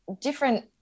different